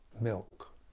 milk